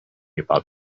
about